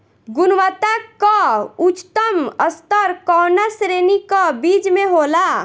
गुणवत्ता क उच्चतम स्तर कउना श्रेणी क बीज मे होला?